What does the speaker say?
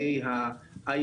לפני כמה חודשים.